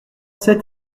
sept